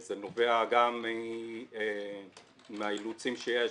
זה נובע גם מהאילוצים שיש,